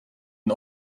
and